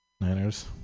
Niners